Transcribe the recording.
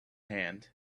hand